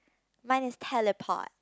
mine is teleport